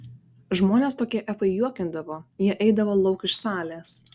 žmones tokie epai juokindavo jie eidavo lauk iš salės